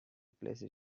placed